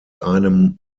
einem